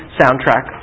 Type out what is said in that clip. soundtrack